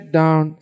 down